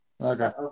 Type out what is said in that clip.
Okay